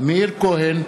מאיר כהן,